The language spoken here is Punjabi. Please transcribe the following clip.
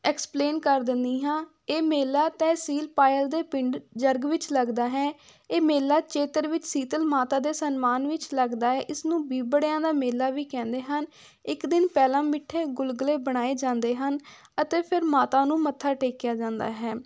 ਐਕਸਪਲੇਨ ਕਰ ਦਿੰਦੀ ਹਾਂ ਇਹ ਮੇਲਾ ਤਹਿਸੀਲ ਪਾਇਲ ਦੇ ਪਿੰਡ ਜਰਗ ਵਿੱਚ ਲੱਗਦਾ ਹੈ ਇਹ ਮੇਲਾ ਚੇਤ ਵਿੱਚ ਸੀਤਲ ਮਾਤਾ ਦੇ ਸਨਮਾਨ ਵਿੱਚ ਲੱਗਦਾ ਹੈ ਇਸਨੂੰ ਬੀਬੜਿਆਂ ਦਾ ਮੇਲਾ ਵੀ ਕਹਿੰਦੇ ਹਨ ਇੱਕ ਦਿਨ ਪਹਿਲਾਂ ਮਿੱਠੇ ਗੁਲਗਲੇ ਬਣਾਏ ਜਾਂਦੇ ਹਨ ਅਤੇ ਫਿਰ ਮਾਤਾ ਨੂੰ ਮੱਥਾ ਟੇਕਿਆ ਜਾਂਦਾ ਹੈ